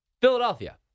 Philadelphia